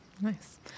Nice